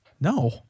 No